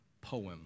poem